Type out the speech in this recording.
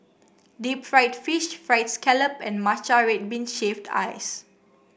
Deep Fried Fish fried scallop and Matcha Red Bean Shaved Ice